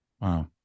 Wow